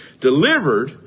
delivered